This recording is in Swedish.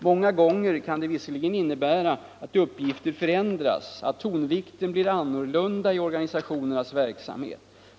Många gånger kan det visserligen innebära att uppgifter förändras, att tonvikten blir annorlunda i organisationernas verksamhet.